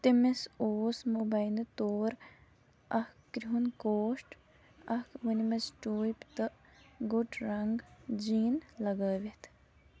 تٔمِس اوس مُبینعہٕ طور اكھ كرٛوٚہُن كوٹ اكھ ووٗنِمٕژ ٹوٗپۍ تہ گوٚٹ رنگ جین لگٲوِتھ